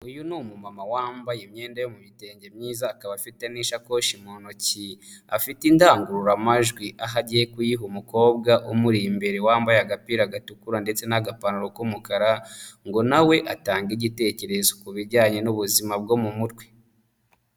Uyu ni umumama wambaye imyenda yo mu bitenge myiza akaba afite n'ishakoshi mu ntoki afite indangururamajwi aho agiye kuyiha umukobwa umuri imbere wambaye agapira gatukura ndetse n'agapantaro k'umukara ngo na we atange igitekerezo ku bijyanye n'ubuzima bwo mu mutwe.